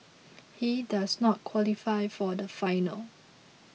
he does not qualify for the final